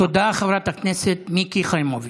תודה, חברת הכנסת מיקי חיימוביץ'.